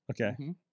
Okay